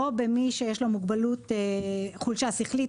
או במי שיש לו חולשה שכלית,